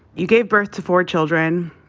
you gave birth to four children.